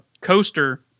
coaster